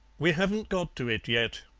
we haven't got to it yet,